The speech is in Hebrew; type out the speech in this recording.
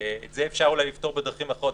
אולי את זה אפשר לפתור בדרכים אחרות,